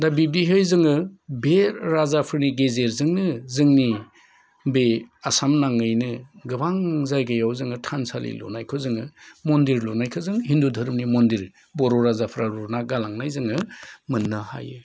दा बिब्दिहै जोङो बे राजाफोरनि गेजेरजोंनो जोंनि बे आसाम नाङैनो गोबां जायगायाव जोङो थानसालि लुनायखौ जोङो मन्दिर लुनायखो जों हिन्दु धोरोमनि मन्दिर बर' राजाफ्रा लुना गालांनाय जोङो मोननो हायो